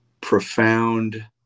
profound